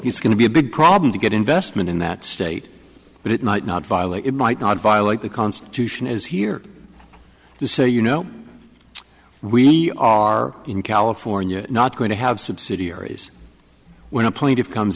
he's going to be a big problem to get investment in that state but it might not violate it might not violate the constitution is here to say you know we are in california not going to have subsidiaries when a plaintive comes